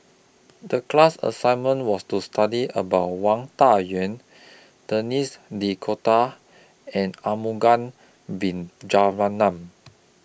The class assignment was to study about Wang Dayuan Denis D'Cotta and Arumugam Vijiaratnam